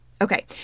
Okay